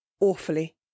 awfully